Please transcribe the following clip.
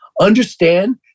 Understand